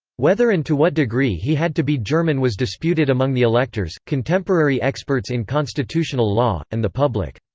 whether and to what degree he had to be german was disputed among the electors, contemporary experts in constitutional law, and the public.